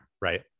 right